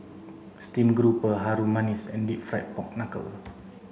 steamed grouper Harum Manis and deep fried pork knuckle